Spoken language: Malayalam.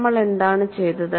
നമ്മൾ എന്താണ് ചെയ്തത്